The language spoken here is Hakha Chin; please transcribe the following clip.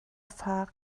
fak